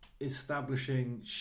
establishing